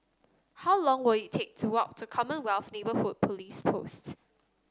how long will it take to walk to Commonwealth Neighbourhood Police Post